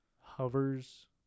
hovers